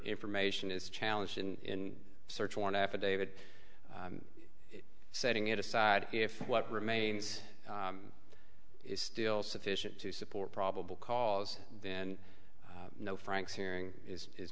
information is challenged in search warrant affidavit setting it aside if what remains is still sufficient to support probable cause then no frank's hearing is